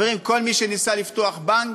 חברים, כל מי שניסה לפתוח בנק,